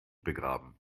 begraben